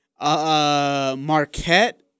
Marquette